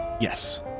Yes